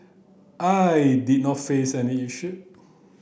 I did not face any issue